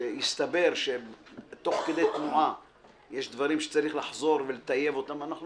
שהסתבר תוך כדי תנועה שיש דברים שצריך לחזור ולטייב אותם אנחנו